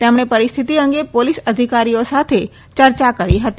તેમણે પરિહ્યતિ અંગે પોલીસ અધિકારીઓ સાથે ચર્ચા કરી હતી